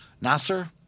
Nasser